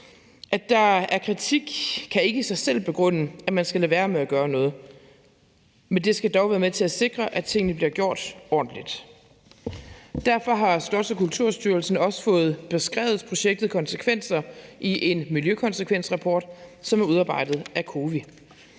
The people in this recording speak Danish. At der er kritik, kan ikke i sig selv begrunde, at man skal lade være med at gøre noget, men det skal dog være med til at sikre, at tingene bliver gjort ordentligt. Derfor har Slots- og Kulturstyrelsen også fået beskrevet projektets konsekvenser i en miljøkonsekvensrapport, som er udarbejdet af COWI.